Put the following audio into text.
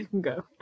go